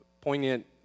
poignant